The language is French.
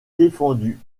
défendu